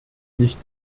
nicht